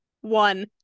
one